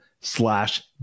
slash